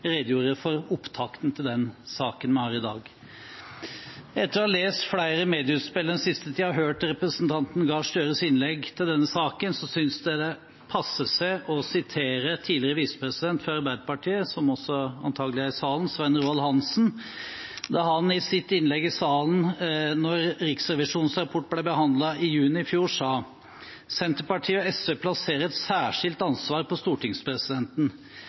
redegjorde for opptakten til den saken vi har i dag. Etter å ha lest flere medieutspill den siste tiden og hørt representanten Gahr Støres innlegg i denne saken, synes jeg det passer seg å sitere tidligere visepresident fra Arbeiderpartiet Svein Roald Hansen – som antagelig også er i salen – som i sitt innlegg i salen, da Riksrevisjonens rapport ble behandlet i juni i fjor, sa: «Senterpartiet og SV plasserer et særskilt ansvar på stortingspresidenten.